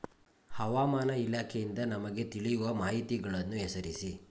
ಹವಾಮಾನ ಇಲಾಖೆಯಿಂದ ನಮಗೆ ತಿಳಿಯುವ ಮಾಹಿತಿಗಳನ್ನು ಹೆಸರಿಸಿ?